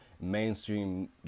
mainstream